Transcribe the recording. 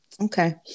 Okay